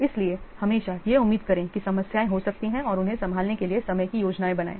इसलिए हमेशा यह उम्मीद करें कि समस्याएं हो सकती हैं और उन्हें संभालने के लिए समय की योजना बनाएं